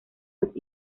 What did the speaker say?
los